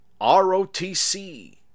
ROTC